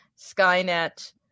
skynet